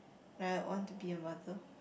I want to be a mother